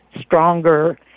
stronger